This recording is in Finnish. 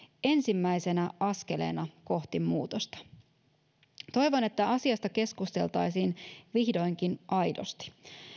ensimmäisenä askeleena kohti muutosta toivon että asiasta keskusteltaisiin vihdoinkin aidosti